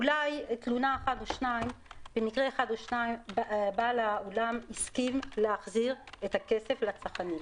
אולי רק במקרה אחד או שניים בעל האולם הסכים להחזיר את הכסף לצרכנים.